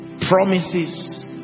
Promises